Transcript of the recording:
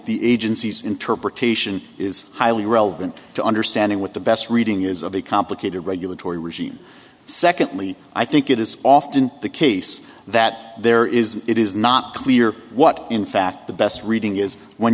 the agency's interpretation is highly relevant to understanding what the best reading is of a complicated regulatory regime secondly i think it is often the case that there is it is not clear what in fact the best reading is when